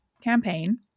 campaign